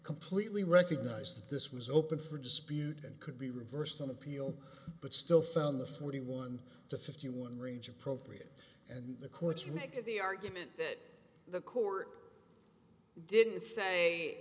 completely recognized that this was open for dispute and could be reversed on appeal but still found the forty one to fifty one region appropriate and the court's remake of the argument that the court didn't say